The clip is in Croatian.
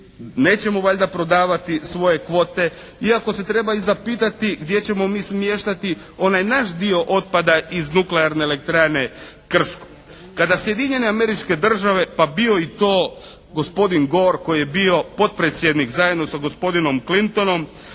Nećemo valjda prodavati svoje kvote, iako se treba i zapitati gdje ćemo mi smještati onaj naš dio otpada iz Nuklearne elektrane Krško. Kada Sjedinjene Američke Države, pa bio i to gospodin Ghore koji je bio potpredsjednik zajedno sa gospodinom Clintonom,